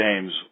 James